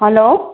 hello